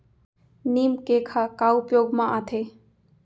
नीम cake ह का उपयोग मा आथे?